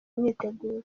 imyiteguro